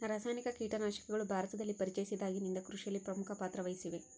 ರಾಸಾಯನಿಕ ಕೇಟನಾಶಕಗಳು ಭಾರತದಲ್ಲಿ ಪರಿಚಯಿಸಿದಾಗಿನಿಂದ ಕೃಷಿಯಲ್ಲಿ ಪ್ರಮುಖ ಪಾತ್ರ ವಹಿಸಿವೆ